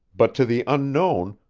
but to the unknown,